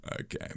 Okay